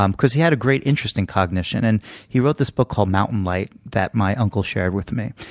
um because he had a great interest in cognition. and he wrote this book called mountain light that my uncle shared with me.